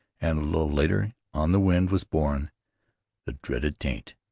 and, a little later, on the wind was borne the dreaded taint.